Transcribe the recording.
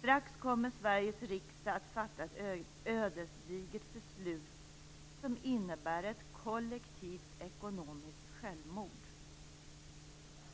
Strax kommer Sveriges riksdag att fatta ett ödesdigert beslut som innebär ett kollektivt ekonomiskt självmord.